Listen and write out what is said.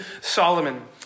Solomon